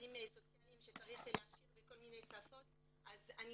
עובדים סוציאליים שצריך להכשיר בכל מיני שפות אז אני